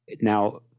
Now